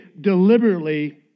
deliberately